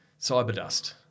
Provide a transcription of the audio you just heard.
Cyberdust